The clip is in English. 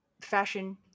fashion